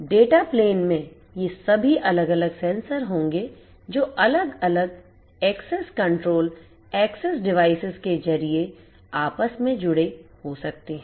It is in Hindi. डेटा प्लेन में ये सभी अलग अलग सेंसर होंगे जो अलग अलग एक्सेस कंट्रोल एक्सेस डिवाइसेस के जरिए आपस में जुड़े हो सकते हैं